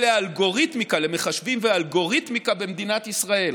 למחשבים ואלגוריתמיקה במדינת ישראל,